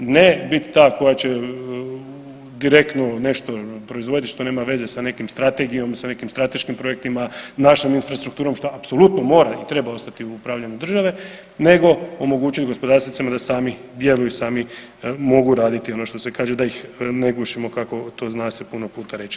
Ne biti ta koja će direktno nešto proizvodit što nema veza sa nekom strategijom, sa nekim strateškim projektima, našom infrastrukturom šta apsolutno mora i treba ostati u upravljanju države nego omogućiti gospodarstvenicima da sami djeluju, sami mogu raditi ono što se kaže da ih ne gušimo kako to zna se puno puta reći.